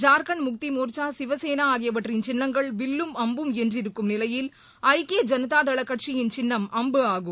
ஜார்க்கண்ட் முக்தி மோர்ச்சா சிவசேனா ஆகியவற்றின் சின்னங்கள் வில்லும் அம்பும் என்றிருக்கும் நிலையில் ஐக்கிய ஜனதாள கட்சியின் சின்னம் அம்பு ஆகும்